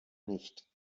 nicht